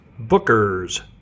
Bookers